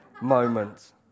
moment